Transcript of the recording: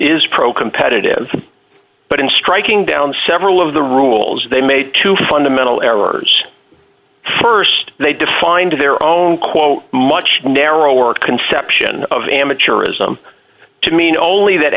is pro competitive but in striking down several of the rules they made two fundamental errors st they defined their own quote much narrower conception of amateurism to mean only that